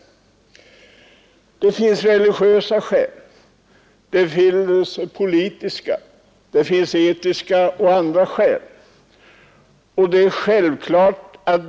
Det finns religiösa skäl, det finns politiska, etiska och andra skäl.